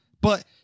But-